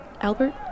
Albert